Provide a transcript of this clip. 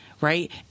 right